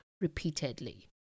repeatedly